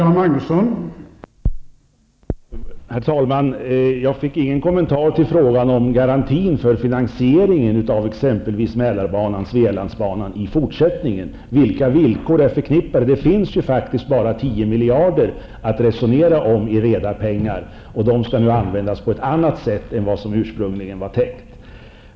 Herr talman! Jag fick ingen kommentar till frågan om garantin för finansieringen av exempelvis Mälardalsbanan och Svealandsbanan. Vad är det som gäller? Det finns faktiskt bara 10 miljarder att resonera om i reda pengar, och de skall nu användas på ett annat sätt än vad som ursprungligen var tänkt.